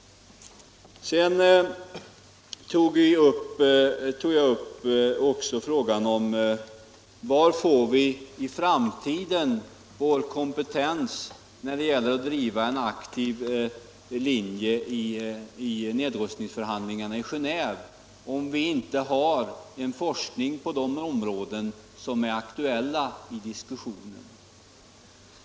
Jag tog vidare också upp frågan om hur vi i framtiden skall få kompetens att driva en aktiv linje i nedrustningsförhandlingarna i Genéve, om vi inte har en forskning på de områden som är aktuella i diskussionen.